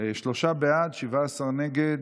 בעד, 17 נגד.